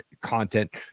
content